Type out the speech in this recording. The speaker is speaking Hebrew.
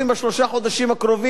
בשלושה חודשים הקרובים,